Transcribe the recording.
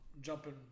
jumping